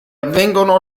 avvengono